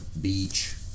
beach